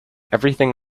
everything